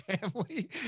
family